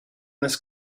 this